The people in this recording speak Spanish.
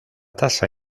tasa